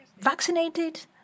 vaccinated